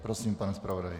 Prosím, pane zpravodaji.